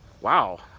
wow